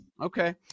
Okay